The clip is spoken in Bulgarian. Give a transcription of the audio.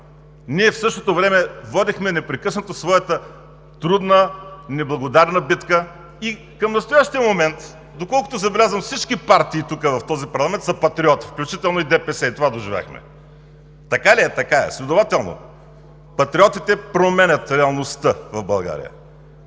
ние в същото време водехме непрекъснато своята трудна, неблагодарна битка и към настоящия момент, доколкото забелязвам, всички партии тук, в този парламент са патриоти, включително и ДПС. И това доживяхме! Така ли е? Така е! Следователно, Патриотите променят реалността в България!